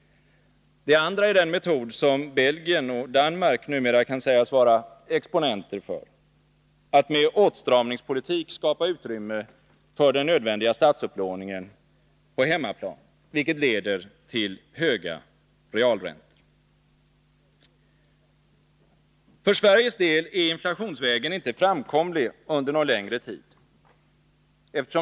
Det andra är den metod som Belgien och Danmark numera kan sägas vara exponenter för — att med åtstramingspolitik skapa utrymme för den nödvändiga statsupplåningen på hemmaplan, vilket leder till höga realräntor. För Sveriges del är inflationsvägen inte framkomlig under någon längre tid.